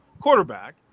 quarterback